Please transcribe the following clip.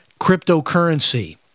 cryptocurrency